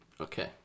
Okay